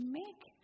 make